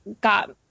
got